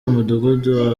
umudugudu